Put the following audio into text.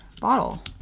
bottle